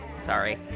Sorry